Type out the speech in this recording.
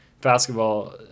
basketball